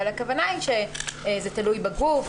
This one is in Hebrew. אבל הכוונה היא שזה תלוי בגוף,